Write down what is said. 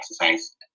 exercise